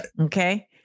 Okay